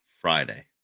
Friday